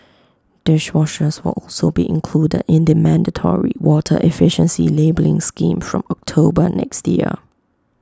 dishwashers will also be included in the mandatory water efficiency labelling scheme from October next year